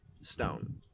stone